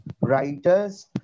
writers